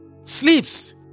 sleeps